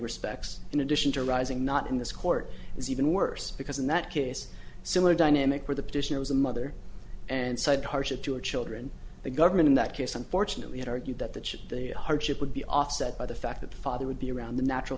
respects in addition to rising not in this court is even worse because in that case similar dynamic where the petitioner was a mother and said harshit your children the government in that case unfortunately had argued that the chip the hardship would be offset by the fact that the father would be around the natural